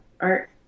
Art